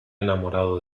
enamorado